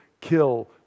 kill